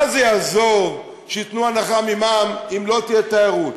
מה זה יעזור שייתנו הנחה ממע"מ אם לא תהיה תיירות?